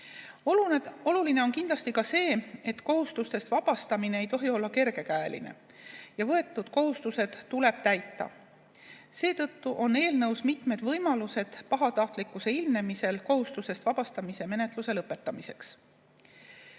Oluline on kindlasti ka see, et kohustustest vabastamine ei tohi olla kergekäeline, võetud kohustused tuleb täita. Seetõttu on eelnõus mitmed võimalused pahatahtlikkuse ilmnemisel kohustusest vabastamise menetluse lõpetamiseks.